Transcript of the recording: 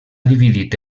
dividit